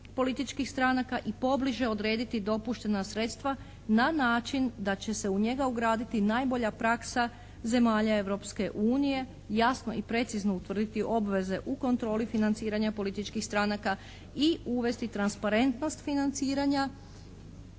političkih stranaka i pobliže odrediti dopuštena sredstva na način da će se u njega ugraditi najbolja praksa zemalja Europske unije, jasno i precizno utvrditi obveze u kontroli financiranja političkih stranaka i uvesti transparentnost financiranja